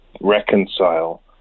reconcile